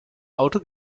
auto